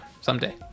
someday